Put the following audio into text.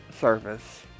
Service